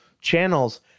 channels